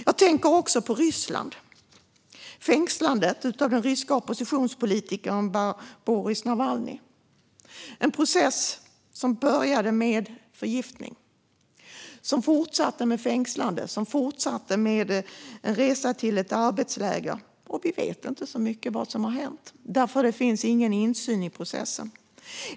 Jag tänker också på Ryssland och fängslandet av den ryska oppositionspolitikern Aleksej Navalnyj. Det är en process som började med förgiftning och fortsatte med fängslande och en resa till ett arbetsläger. Vi vet inte så mycket om vad som har hänt, för det finns ingen insyn i processen.